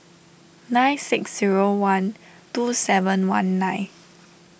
nine six zero one two seven one nine